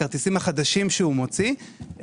בכרטיסים החדשים שהוא מוציא,